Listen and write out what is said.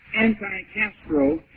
anti-Castro